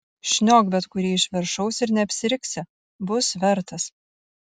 šniok bet kurį iš viršaus ir neapsiriksi bus vertas